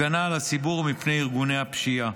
הגנה על הציבור מפני ארגוני הפשיעה.